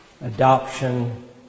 Adoption